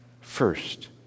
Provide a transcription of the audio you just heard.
first